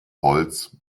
holz